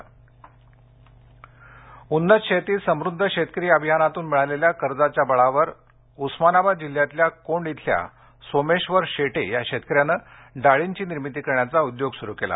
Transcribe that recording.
डाळ निर्मिती उन्नत शेती समृद्ध शेतकरी अभियानातून मिळालेल्या कर्जाच्या बळावर उस्मानाबाद जिल्ह्यातल्या कोंड इथल्या सोमेश्वर शेटे या शेतकऱ्यांन डाळींची निर्मिती करण्याचा उद्योग सुरू केला